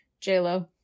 J-Lo